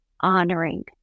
honoring